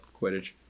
Quidditch